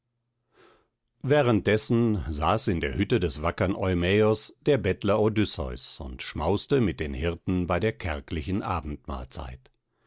dessen saß in der hütte des wackern eumäos der bettler odysseus und schmauste mit den hirten bei der kärglichen abendmahlzeit